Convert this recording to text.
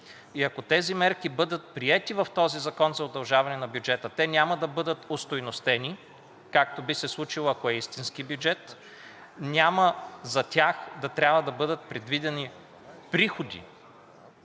и ако тези мерки бъдат приети в този закон за удължаване на бюджета, те няма да бъдат остойностени, както би се случило, ако е истински бюджет, няма за тях да трябва да бъдат предвидени приходи